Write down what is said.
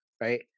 right